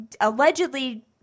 allegedly